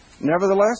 Nevertheless